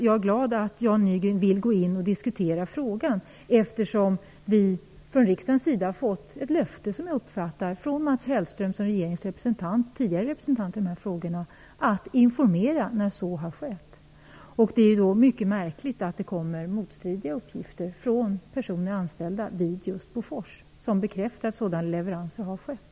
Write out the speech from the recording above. Jag är glad att Jan Nygren vill gå in och diskutera frågan, eftersom jag uppfattar det som att vi från riksdagen har fått ett löfte från Mats Hellström - regeringens tidigare representant i dessa frågor - om att man skall informera när så har skett. Det är då mycket märkligt att det kommer motstridiga uppgifter från personer anställda vid just Bofors som bekräftar att sådana leveranser har skett.